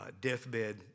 deathbed